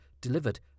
delivered